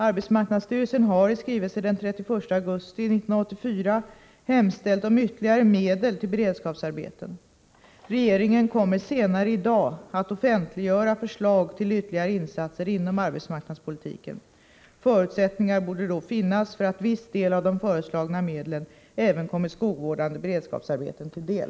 Arbetsmarknadsstyrelsen har i skrivelse den 31 augusti 1984 hemställt om ytterligare medel till beredskapsarbeten. Regeringen kommer senare i dag att offentliggöra förslag till ytterligare insatser inom arbetsmarknadspolitiken. Förutsättningar borde då finnas för att viss del av de föreslagna medlen även kommer skogsvårdande beredskapsarbeten till del.